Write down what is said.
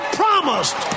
promised